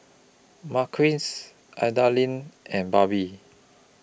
Marquis Adalyn and Barbie